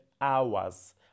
hours